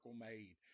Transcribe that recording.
made